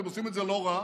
אתם עושים את זה לא רע,